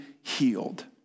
healed